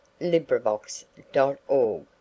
LibriVox.org